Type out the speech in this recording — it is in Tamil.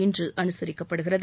இன்று அனுசரிக்கப்படுகிறது